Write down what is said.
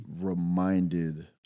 reminded